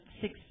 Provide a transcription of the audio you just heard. six